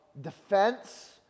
defense